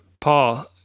Paul